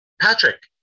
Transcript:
Patrick